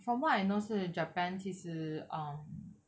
from what I know 是 japan 其实 um